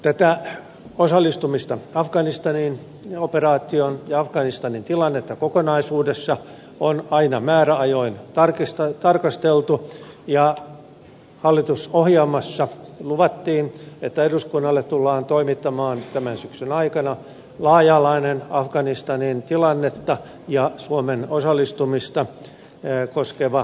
tätä osallistumista afganistanin operaatioon ja afganistanin tilannetta kokonaisuudessa on aina määräajoin tarkasteltu ja hallitusohjelmassa luvattiin että eduskunnalle tullaan toimittamaan tämän syksyn aikana laaja alainen afganistanin tilannetta ja suomen osallistumista koskeva selonteko